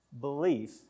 belief